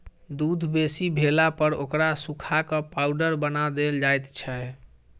दूध बेसी भेलापर ओकरा सुखा क पाउडर बना देल जाइत छै